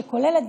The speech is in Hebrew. שכוללת,